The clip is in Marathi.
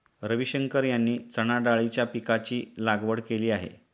रविशंकर यांनी चणाडाळीच्या पीकाची लागवड केली आहे